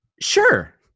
Sure